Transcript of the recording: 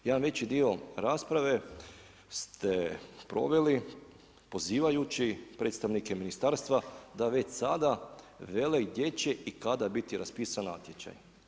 Jedan veći dio rasprave ste proveli pozivajući predstavnike ministarstva da već sada vele gdje će i kada biti raspisan natječaj.